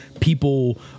People